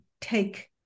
take